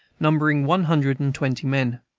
numbering one hundred and twenty men.